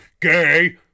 Gay